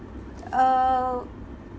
uh